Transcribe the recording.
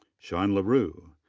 sean la rue.